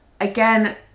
again